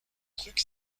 truc